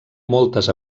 moltes